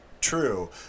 true